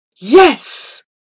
Yes